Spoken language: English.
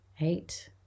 Eight